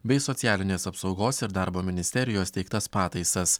bei socialinės apsaugos ir darbo ministerijos teiktas pataisas